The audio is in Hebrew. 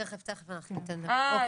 אה,